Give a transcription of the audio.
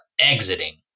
exiting